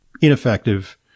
ineffective